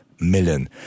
Million